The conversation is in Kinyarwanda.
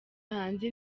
hanze